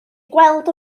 gweld